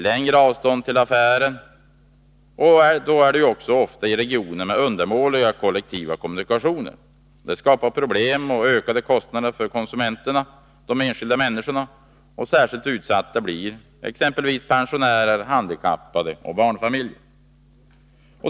Långa avstånd till affärerna, ofta i regioner med undermåliga kollektiva kommunikationer, skapar problem och ökade kostnader för konsumenterna, de enskilda människorna. Särskilt utsatta blir exempelvis pensionärer, handikappade och barnfamiljer.